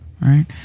right